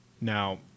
now